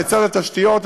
לצד התשתיות,